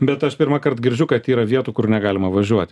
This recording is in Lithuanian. bet aš pirmąkart girdžiu kad yra vietų kur negalima važiuoti